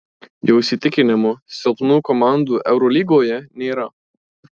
jo įsitikinimu silpnų komandų eurolygoje nėra